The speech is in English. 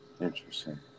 interesting